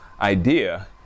idea